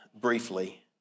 briefly